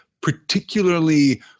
particularly